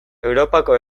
europako